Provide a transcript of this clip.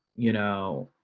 you know,